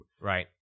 Right